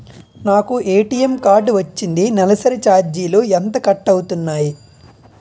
నాకు ATM card వచ్చింది నెలసరి ఛార్జీలు ఎంత కట్ అవ్తున్నాయి?